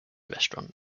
restaurant